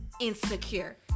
insecure